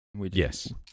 Yes